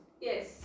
Yes